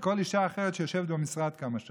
מכל אישה אחרת שיושבת במשרד כמה שעות.